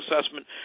assessment